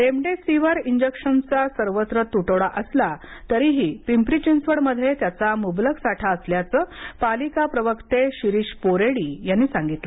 remdesivir इंजेक्शनचा सर्वत्र तुटवडा असला तरीही पिंपरी चिंचवड मध्ये त्याचा मुबलक साठा असल्याचं पालिका प्रवक्ते शिरीष पोरेडी यांनी सांगितल